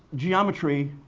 geometry.